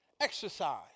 exercise